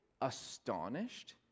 astonished